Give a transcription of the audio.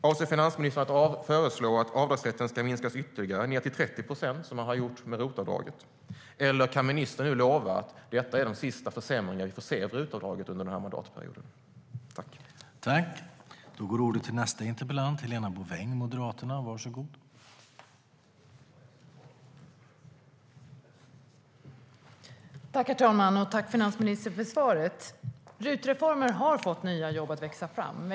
Avser finansministern att föreslå att avdragsrätten ska minskas ytterligare, ned till 30 procent, som man gjort med ROT-avdraget, eller kan ministern lova att detta är den sista försämringen av RUT-avdraget vi får se under den här mandatperioden?